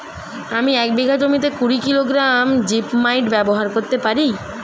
আমি এক বিঘা জমিতে কুড়ি কিলোগ্রাম জিপমাইট ব্যবহার করতে পারি?